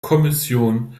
kommission